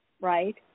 right